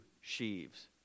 sheaves